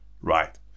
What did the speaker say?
Right